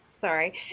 sorry